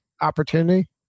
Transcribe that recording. opportunity